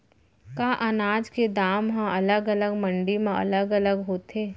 का अनाज के दाम हा अलग अलग मंडी म अलग अलग होथे?